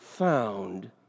found